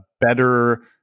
better